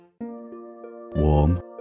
Warm